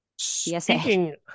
Speaking